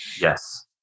Yes